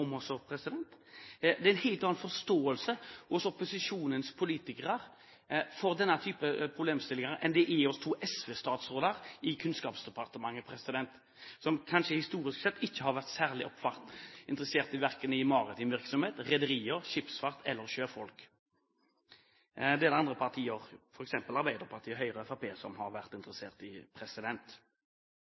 Det er en helt annen forståelse hos opposisjonens politikere for denne type problemstillinger enn det er hos to SV-statsråder i Kunnskapsdepartementet, som kanskje historisk sett ikke har vært særlig interessert verken i maritim virksomhet, rederier, skipsfart eller sjøfolk. Det er det andre partier, f.eks. Arbeiderpartiet, Høyre og Fremskrittspartiet, som har vært interessert i.